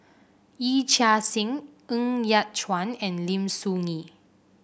Yee Chia Hsing Ng Yat Chuan and Lim Soo Ngee